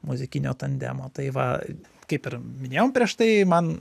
muzikinio tandemo tai va kaip ir minėjom prieš tai man